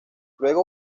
luego